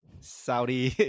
Saudi